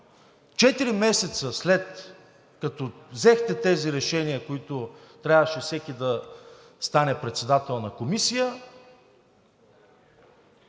четири месеца след като взехте тези решения, където всеки трябваше да стане председател на комисия,